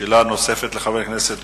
וחשיבותו לשלוש הדתות